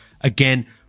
Again